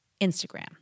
Instagram